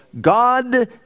God